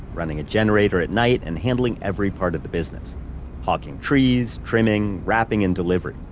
running a generator at night and handling every part of the business hawking trees, trimming, wrapping and delivery.